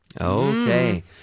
Okay